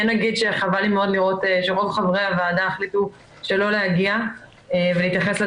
שחייבים להכניס לתוך התוכנית הזאת התייחסות